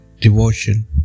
devotion